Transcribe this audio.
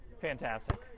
Fantastic